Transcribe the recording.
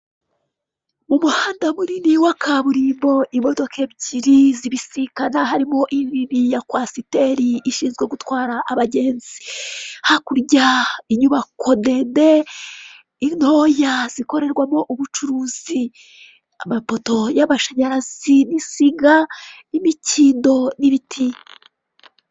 Umuhanda munini w'akaburimbo, imodoka ebyiri zibisikana harimo inini ya kwasiteri ishinzwe gutwara abagenzi, hakurya inyubako ndende, intoya zikorerwamo ubucuruzi, amapoto y'amashanyarazi n'insinga n'imikindo n'ibiti.